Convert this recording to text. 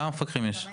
כמה מפקחים יש?